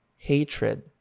hatred